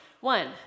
One